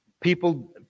people